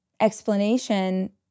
explanation